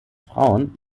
frauen